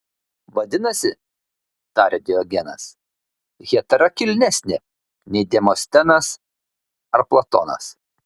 vadinasi tarė diogenas hetera kilnesnė nei demostenas ar platonas